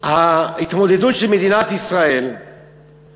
ההתמודדות של מדינת ישראל היא